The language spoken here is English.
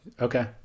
Okay